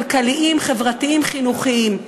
כלכליים, חברתיים, חינוכיים.